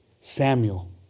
Samuel